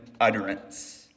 utterance